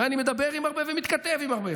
ואני מדבר עם הרבה וגם מתכתב עם הרבה,